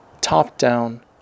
top-down